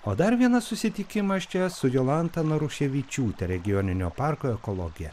o dar vienas susitikimas čia su jolanta naruševičiūte regioninio parko ekologe